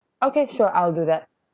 okay sure I'll do that